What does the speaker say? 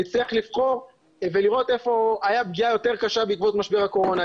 נצטרך לבחור ולראות היכן הייתה פגיעה יותר קשה בעקבות משבר הקורונה.